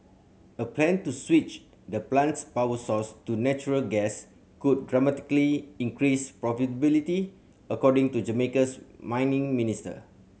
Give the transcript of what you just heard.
a plan to switch the plant's power source to natural gas could dramatically increase profitability according to Jamaica's mining minister